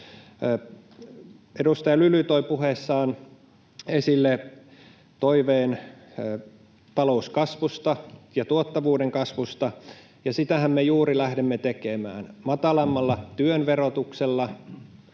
Edustaja Lyly toi puheessaan esille toiveen talouskasvusta ja tuottavuuden kasvusta, ja sitähän me juuri lähdemme tekemään matalammalla työn verotuksella,